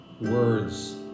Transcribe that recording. words